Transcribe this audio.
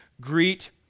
Greet